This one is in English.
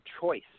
choice